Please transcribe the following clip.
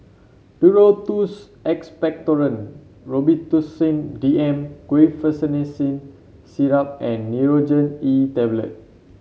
Duro Tuss Expectorant Robitussin D M Guaiphenesin Syrup and Nurogen E Tablet